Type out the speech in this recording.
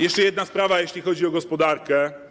Jeszcze jedna sprawa, jeśli chodzi o gospodarkę.